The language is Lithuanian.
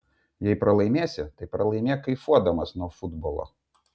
jei pralaimėsi tai pralaimėk kaifuodamas nuo futbolo